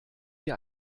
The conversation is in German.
wie